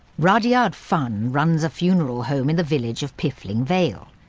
rudyard funn runs a funeral home in the village of piffling vale.